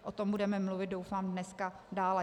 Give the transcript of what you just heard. O tom budeme mluvit, doufám, dneska dále.